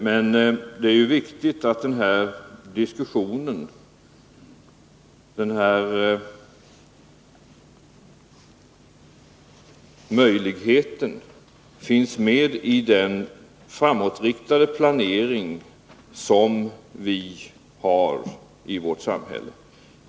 Det är därför viktigt att diskussionen om möjligheten av att en sådan situation uppstår finns med i den framåtriktade planering som vi har i vårt samhälle.